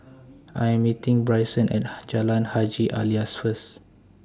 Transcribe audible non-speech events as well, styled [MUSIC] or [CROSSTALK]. I Am meeting Bryson At [UNINTELLIGIBLE] Jalan Haji Alias First